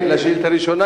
אדוני השר,